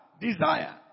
desire